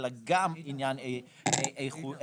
אלא גם עניין איכותי.